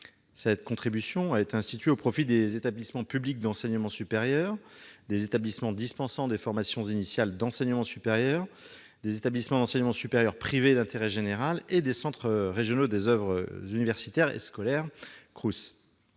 Cette contribution a été instituée au profit des établissements publics d'enseignement supérieur, des établissements dispensant des formations initiales d'enseignement supérieur, des établissements d'enseignement supérieur privés d'intérêt général et des centres régionaux des oeuvres universitaires et scolaires,